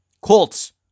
Colts